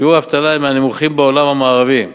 שיעורי האבטלה הם מהנמוכים בעולם המערבי,